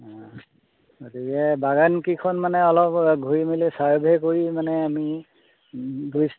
গতিকে বাগানকেইখন মানে অলপ ঘূৰি মেলি ছাৰ্ভে কৰি মানে আমি দু